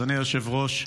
אדוני היושב-ראש,